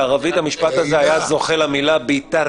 ומעבר לשני הנושאים הללו של המלונית ואכיפה,